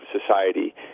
society